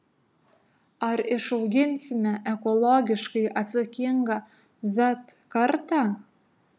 ar išauginsime ekologiškai atsakingą z kartą